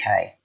UK